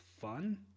fun